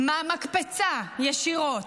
מהמקפצה, ישירות.